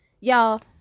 y'all